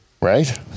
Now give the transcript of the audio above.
Right